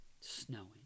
snowing